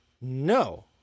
no